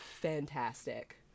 fantastic